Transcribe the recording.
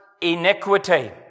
iniquity